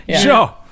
Sure